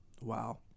Wow